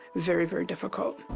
very, very difficult.